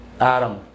Adam